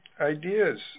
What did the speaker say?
ideas